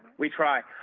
retry.